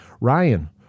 Ryan